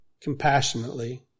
compassionately